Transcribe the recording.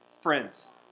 friends